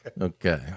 Okay